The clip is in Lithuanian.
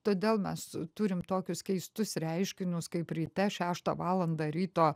todėl mes turime tokius keistus reiškinius kaip ryte šeštą valandą ryto